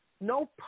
no